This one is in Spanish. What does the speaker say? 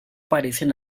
parecen